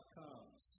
comes